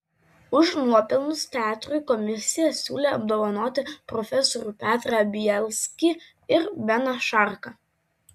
už nuopelnus teatrui komisija siūlė apdovanoti profesorių petrą bielskį ir beną šarką